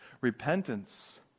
Repentance